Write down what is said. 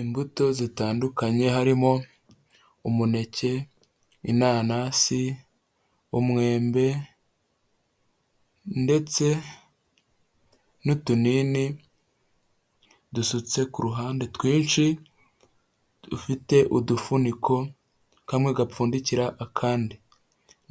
Imbuto zitandukanye harimo umuneke, inanasi, umwembe ndetse n'utunini dusutse ku ruhande twinshi dufite udufuniko kamwe gapfundikira akandi